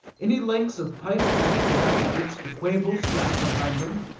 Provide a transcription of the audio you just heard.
any lengths of pipe like to that which the quabos drag behind them?